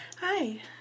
Hi